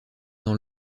dans